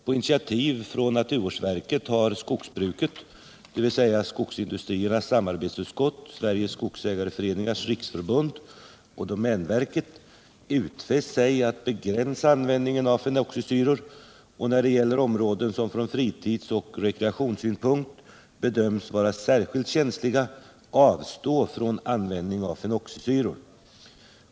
På initiativ från naturvårdsverket har skogsbruket, dvs. Skogsindustriernas samarbetsutskott, Sveriges Skogsägareföreningars riksförbund och domänverket, utfäst sig att begränsa användningen av fenoxisyror och att när det gäller områden som från fritidsoch rekreationssynpunkt bedöms vara särskilt känsliga avstå från användning av fenoxisyror.